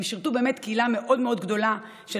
הם שירתו באמת קהילה מאוד מאוד גדולה של